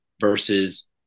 versus